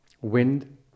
wind